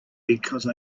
because